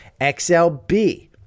XLB